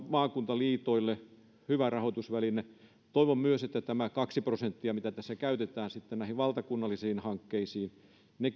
maakuntaliitoille hyvä rahoitusväline toivon myös että tämä kaksi prosenttia mitä tässä käytetään sitten näihin valtakunnallisiin hankkeisiin